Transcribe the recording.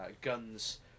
guns